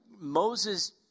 Moses